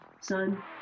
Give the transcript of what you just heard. son